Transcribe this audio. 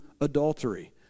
adultery